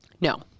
no